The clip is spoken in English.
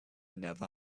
never